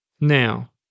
Now